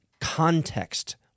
context